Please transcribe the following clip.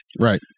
Right